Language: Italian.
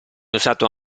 usato